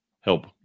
help